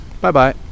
Bye-bye